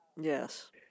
Yes